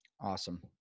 Awesome